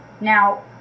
Now